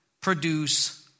produce